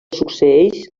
succeeix